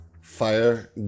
fire